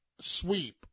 sweep